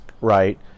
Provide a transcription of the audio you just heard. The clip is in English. right